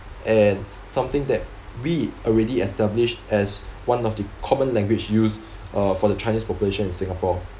and something that we already established as one of the common language use uh for the chinese population in singapore